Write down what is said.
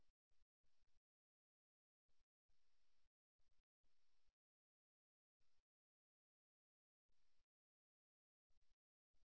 முழங்கால் புள்ளிகளைப் பார்ப்போம் அவை நம் அணுகுமுறைகளைப் பற்றி சரியாக எதைக் குறிக்கின்றன